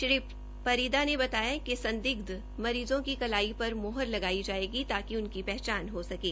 श्रीपरीदा ने बताया कि संदिग्ध मरीज़ोक की कलाई पर मोहर लगाई जायेगी ताकि उनकी पहचान हो सकें